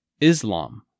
Islam